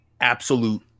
absolute